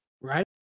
Right